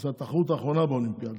זאת התחרות האחרונה באולימפיאדה,